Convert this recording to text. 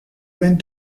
went